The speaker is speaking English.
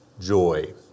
joy